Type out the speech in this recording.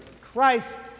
Christ